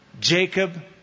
Jacob